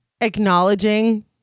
acknowledging